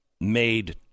made